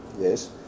yes